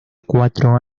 cuatro